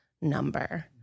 number